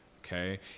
Okay